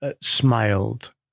smiled